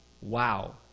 Wow